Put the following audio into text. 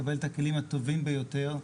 לקבל את הכלים הטובים ביותר.